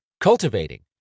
cultivating